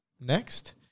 next